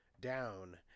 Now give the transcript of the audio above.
down